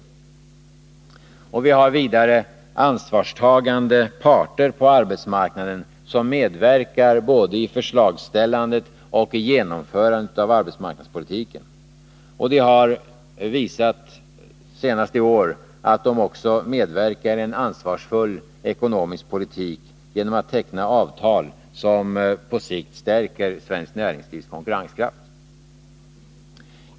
Vi har vidare ansvarstagande parter på arbetsmarknaden, som medverkar både i förslagsställandet och i genomförandet av arbetsmarknadspolitiken. De har visat, senast i år, att de också medverkar i en ansvarsfull ekonomisk politik genom att teckna avtal som på sikt stärker svenskt näringslivs konkurrenskraft.